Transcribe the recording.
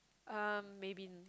uh maybe